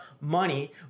money